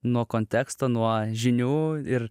nuo konteksto nuo žinių ir